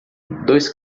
dois